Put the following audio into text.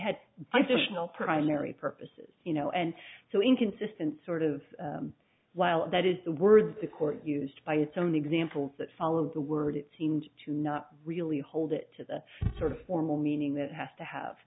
know primary purposes you know and so inconsistent sort of while that is the word the court used by its own examples that followed the word it seemed to not really hold it to the sort of formal meaning that has to have